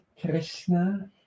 Krishna